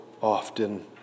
often